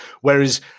Whereas